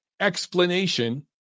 explanation